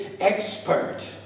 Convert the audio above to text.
expert